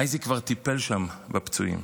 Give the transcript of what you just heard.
אייזיק כבר טיפל שם בפצועים.